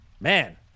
man